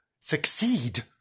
succeed